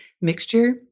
mixture